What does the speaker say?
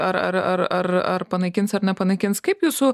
ar ar ar ar ar panaikins ar nepanaikins kaip jūsų